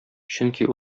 чөнки